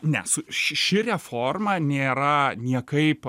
ne su ši ši reforma nėra niekaip